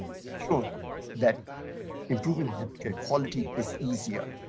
to make sure that improving healthcare quality is easier.